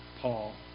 Paul